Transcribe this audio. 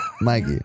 Mikey